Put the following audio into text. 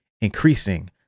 increasing